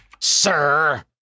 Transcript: Sir